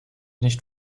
nicht